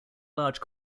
large